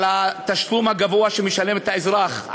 על התשלום הגבוה שמשלם האזרח,